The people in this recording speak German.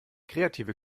kreative